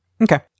Okay